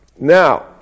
Now